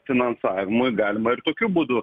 finansavimui galima ir tokiu būdu